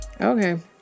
Okay